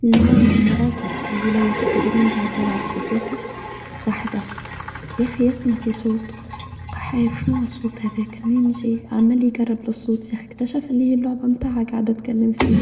في نهار من نهارات وقت للولايات الصغرون قاعد يلعب في بيتها وحدة ياخي اسمع في صوت قحير شنوه الصوت هذا كمين جي عمال يقرب للصوت ياخي اكتشف ليه اللعبة متاعها قاعد أتكلم فيه